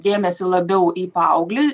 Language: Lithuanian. dėmesį labiau į paauglį